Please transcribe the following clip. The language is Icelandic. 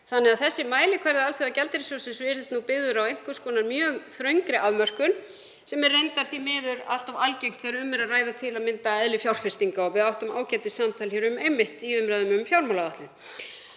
þannig að þessi mælikvarði Alþjóðagjaldeyrissjóðsins virðist byggður á mjög þröngri afmörkun sem er reyndar því miður allt of algengt þegar um er að ræða til að mynda eðli fjárfestinga og við áttum ágætissamtal um einmitt í umræðum um fjármálaáætlun.